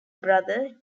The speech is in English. brother